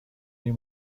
این